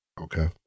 Okay